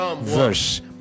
verse